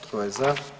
Tko je za?